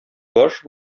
баш